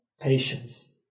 patience